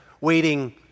waiting